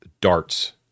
darts